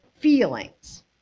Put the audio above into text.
feelings